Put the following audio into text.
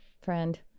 friend